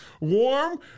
warm